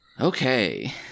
Okay